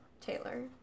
Taylor